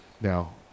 Now